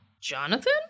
Jonathan